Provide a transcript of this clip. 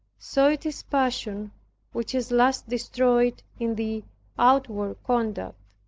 so it is passion which is last destroyed in the outward conduct.